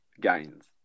gains